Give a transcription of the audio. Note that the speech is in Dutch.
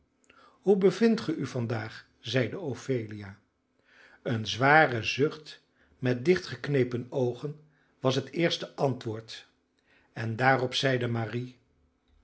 hoe bevindt ge u vandaag zeide ophelia een zware zucht met dichtgeknepen oogen was het eerste antwoord en daarop zeide marie